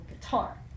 guitar